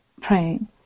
praying